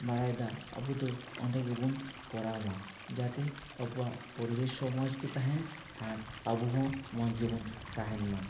ᱵᱟᱲᱟᱭᱮᱫᱟ ᱟᱵᱚᱫᱚ ᱚᱸᱰᱮ ᱜᱮᱱᱚᱱ ᱠᱚᱨᱟᱣᱢᱟ ᱡᱟᱛᱮ ᱟᱵᱚᱣᱟᱜ ᱯᱚᱨᱤᱥᱵᱮᱥ ᱦᱚᱸ ᱢᱚᱡᱽ ᱜᱮ ᱛᱟᱦᱮᱱ ᱟᱨ ᱟᱵᱚ ᱦᱚᱸ ᱢᱚᱡᱽ ᱜᱮᱵᱚᱱ ᱛᱟᱦᱮᱱ ᱢᱟ